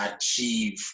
achieve